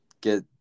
get